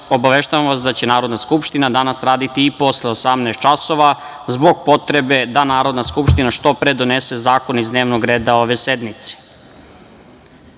obaveštavam vas da će Narodna skupština danas raditi i posle 18.00 časova, zbog potrebe da Narodna skupština što pre donese zakone iz dnevnog reda ove sednice. Sada